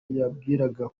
yambwiraga